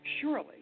Surely